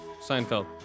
Seinfeld